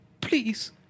please